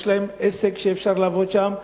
יש להם עסק שאפשר לעבוד שם.